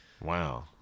Wow